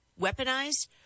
weaponized